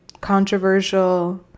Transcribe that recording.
controversial